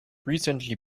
recently